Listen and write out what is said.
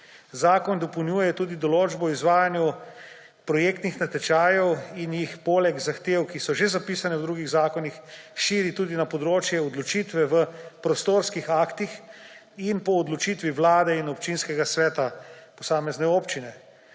Zakon dopolnjuje tudi določbo o izvajanju projektnih natečajev in jih poleg zahtev, ki so že zapisane v drugih zakonih, širi tudi na področje odločitve v prostorskih aktih in po odločitvi Vlade in občinskega sveta posamezne občine.